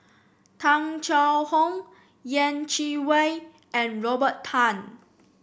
Tung Chye Hong Yeh Chi Wei and Robert Tan